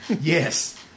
Yes